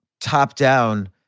top-down